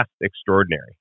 extraordinary